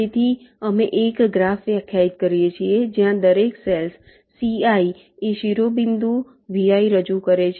તેથી અમે એક ગ્રાફ વ્યાખ્યાયિત કરીએ છીએ જ્યાં દરેક સેલ ci એ શિરોબિંદુ vi રજૂ કરે છે